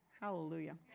Hallelujah